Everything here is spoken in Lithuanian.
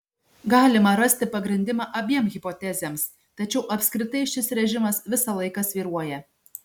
galima rasti pagrindimą abiem hipotezėms tačiau apskritai šis režimas visą laiką svyruoja